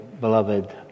beloved